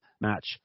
match